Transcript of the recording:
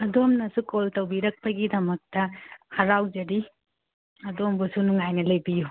ꯑꯗꯣꯝꯅꯁꯨ call ꯇꯧꯕꯤꯔꯛꯄꯒꯤꯗꯃꯛꯇ ꯍꯔꯥꯎꯖꯔꯤ ꯑꯗꯣꯝꯕꯨꯁꯨ ꯅꯨꯡꯉꯥꯏꯅ ꯂꯩꯕꯤꯌꯨ